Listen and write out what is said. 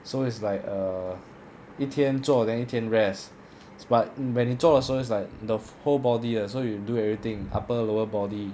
so it's like err 一天做 then 一天 rest but when 你做的时候 is like the whole body 的 so you do everything upper lower body